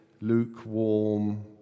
lukewarm